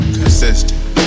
Consistent